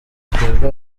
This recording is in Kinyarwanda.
twebwe